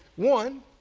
one,